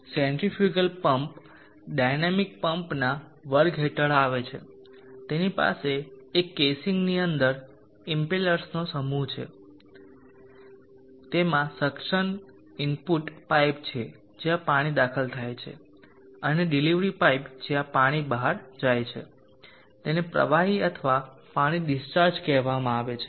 centrifugal pump dynamic પંપના વર્ગ હેઠળ આવે છે તેની પાસે એક કેસીંગની અંદર ઇમ્પેલર્સનો સમૂહ છે તેમાં સક્શન ઇનપુટ પાઇપ છે જ્યાં પાણી દાખલ થાય છે અને ડિલિવરી પાઇપ જ્યાં પાણી બહાર જાય છે તેને પ્રવાહી અથવા પાણી ડિસ્ચાર્જ કહેવામાં આવે છે